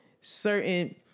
certain